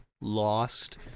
lost